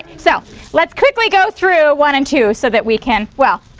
so let's quickly go through one and two so that we can well,